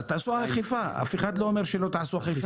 תעשו אכיפה, אף אחד לא אומר שלא תעשו אכיפה.